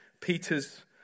Peter's